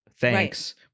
Thanks